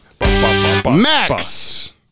Max